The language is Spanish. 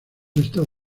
estas